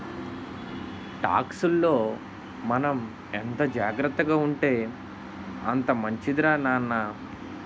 టాక్సుల్లో మనం ఎంత జాగ్రత్తగా ఉంటే అంత మంచిదిరా నాన్న